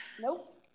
nope